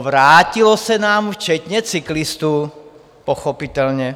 Vrátilo se nám to včetně cyklistů, pochopitelně.